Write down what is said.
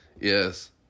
yes